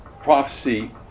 prophecy